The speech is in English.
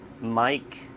Mike